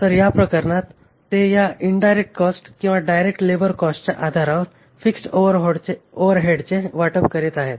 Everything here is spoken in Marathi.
तर या प्रकरणात ते या इनडायरेक्ट कॉस्ट किंवा डायरेक्ट लेबर कॉस्टच्या आधारावर फिक्स्ड ओव्हरहेडचे वाटप करीत आहेत